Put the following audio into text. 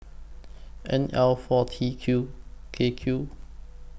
N L four T Q K Q